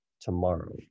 tomorrow